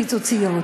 פיצוציות.